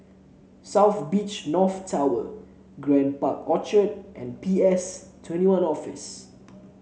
South Beach North Tower Grand Park Orchard and P S Twenty One Office